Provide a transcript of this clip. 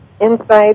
insights